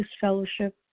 fellowship